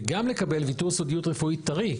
וגם לקבל ויתור סודיות רפואי טרי.